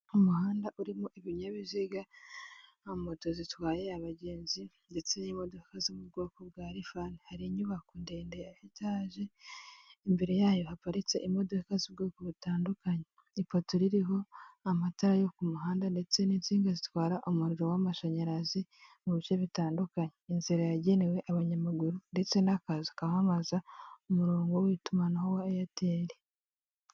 Umuhanda urimo ibinyabiziga moto zitwaye abagenzi ndetse n'imodoka zo mu bwoko bwa rifani, hari inyubako ndende ya etaje imbere yayo haparitse imodoka z'ubwoko butandukanye, ipoto ririho amatara yo ku muhanda ndetse n'insinga zitwara umuriro w'amashanyarazi mu bice bitandukanye, inzira yagenewe abanyamaguru ndetse n'akazu kamamaza umurongo w'itumanaho wa Eyateli.